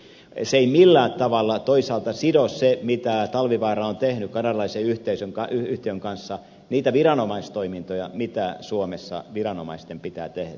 ei millään tavalla toisaalta sido se mitä talvivaara on tehnyt kanadalaisen yhtiön kanssa niitä viranomaistoimintoja mitä suomessa viranomaisten pitää tehdä